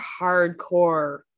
hardcore